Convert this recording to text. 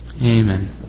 Amen